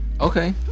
okay